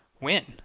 win